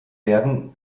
werden